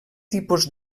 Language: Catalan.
tipus